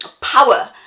power